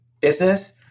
business